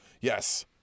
yes